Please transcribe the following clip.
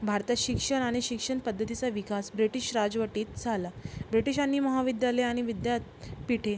भारतात शिक्षण आणि शिक्षण पद्धतीचा विकास ब्रिटिश राजवटीत झाला ब्रिटिशांनी महाविद्यालये आणि विद्या पीठे